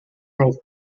wrote